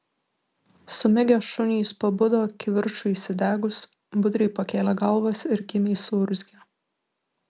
sumigę šunys pabudo kivirčui įsidegus budriai pakėlė galvas ir kimiai suurzgė